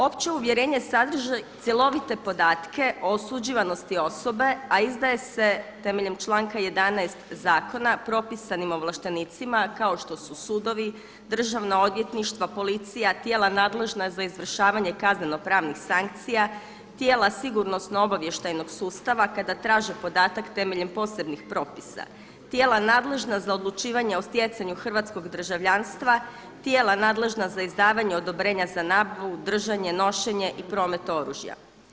Opće uvjerenje sadrži cjelovite podatke o osuđivanosti osobe, a izdaje se temeljem članka 11. zakona, propisanim ovlaštenicima kao što su sudovi, državna odvjetništva, policija, tijela nadležna za izvršavanje kaznenopravnih sankcija, tijela sigurnosno obavještajnog sustava kada traže podatak temeljem posebnih propisa, tijela nadležna za odlučivanje o stjecanju hrvatskog državljanstva, tijela nadležna za izdavanje odobrenja za nabavu, držanje, nošenje i promet oružja.